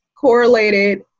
correlated